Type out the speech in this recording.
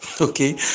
okay